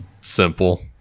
simple